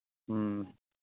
ꯎꯝ